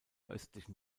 östlichen